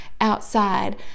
outside